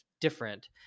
different